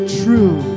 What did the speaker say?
true